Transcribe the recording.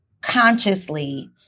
consciously